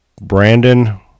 Brandon